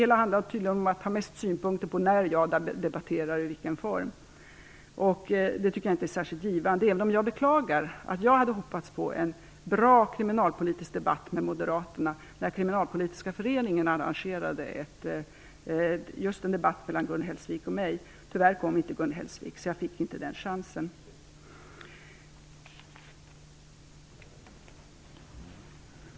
Det handlar tydligen mest om synpunkter på när jag debatterar och i vilken form. Jag tycker inte att det är särskilt givande, även om jag beklagar att det inte blev en sådan bra kriminalpolitisk diskussion med moderaterna som jag hade hoppats på när Svenska kriminalistföreningen ville arrangera en debatt mellan Gun Hellsvik och mig. Tyvärr kom inte Gun Hellsvik, så jag fick inte den chansen.